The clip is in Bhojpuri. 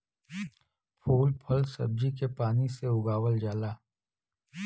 फूल फल सब्जी के पानी से उगावल जाला